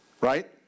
right